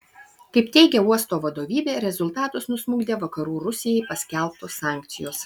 kaip teigia uosto vadovybė rezultatus nusmukdė vakarų rusijai paskelbtos sankcijos